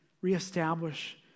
reestablish